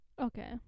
Okay